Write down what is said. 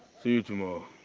see you tomorrow.